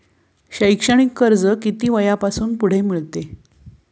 शैक्षणिक कर्ज किती वयापासून पुढे मिळते?